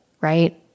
right